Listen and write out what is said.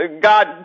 God